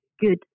good